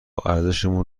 ارزشمون